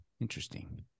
interesting